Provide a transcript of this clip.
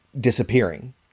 disappearing